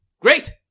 Great